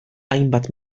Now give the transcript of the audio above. hainbat